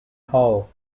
hall